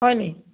হয় নেকি